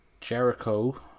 Jericho